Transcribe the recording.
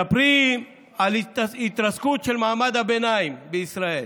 אלה המספרים של ההתרסקות של מעמד הביניים בישראל.